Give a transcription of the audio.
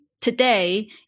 today